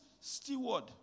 steward